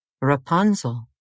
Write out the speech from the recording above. Rapunzel